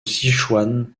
sichuan